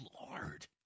Lord